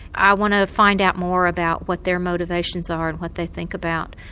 i want to find out more about what their motivations are, and what they think about.